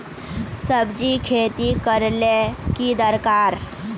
सब्जी खेती करले ले की दरकार?